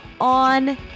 on